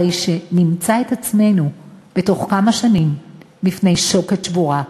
הרי שנמצא את עצמנו בתוך כמה שנים בפני שוקת שבורה.